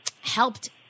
helped